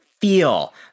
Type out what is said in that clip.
feel